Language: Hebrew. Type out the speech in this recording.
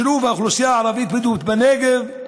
שילוב האוכלוסייה הערבית-בדואית בנגב,